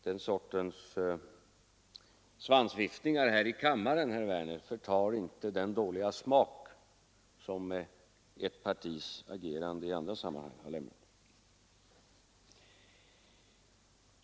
Den sortens svansviftningar här i kammaren, herr Werner, förtar alltså inte den dåliga smak som ert partis agerande i andra sammanhang har lämnat.